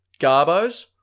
garbos